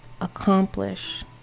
accomplish